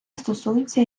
стосується